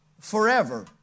Forever